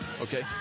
Okay